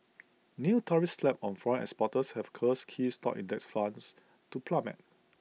new tariffs slapped on foreign exporters have caused key stock index funds to plummet